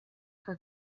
gur